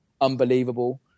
unbelievable